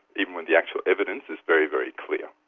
even when the actual evidence is very, very clear.